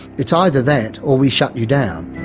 it's either that or we shut you down.